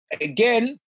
again